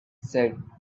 said